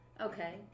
Okay